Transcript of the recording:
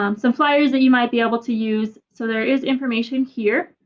um some flyers that you might be able to use. so there is information here.